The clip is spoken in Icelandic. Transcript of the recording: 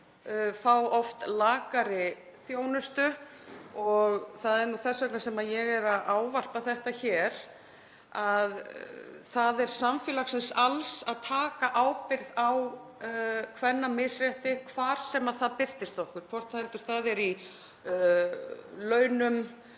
fá oft lakari þjónustu. Það er þess vegna sem ég er að ávarpa þetta hér, að það er samfélagsins alls að taka ábyrgð á kvennamisrétti hvar sem það birtist okkur, hvort heldur það er í launum,